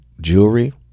jewelry